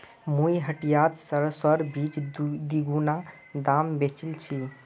मुई हटियात सरसोर बीज दीगुना दामत बेचील छि